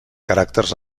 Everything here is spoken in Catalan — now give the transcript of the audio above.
caràcters